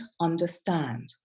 understand